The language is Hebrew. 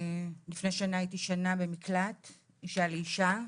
לפני שנה נכנסתי לשנה למקלט ושמו "אישה לאישה"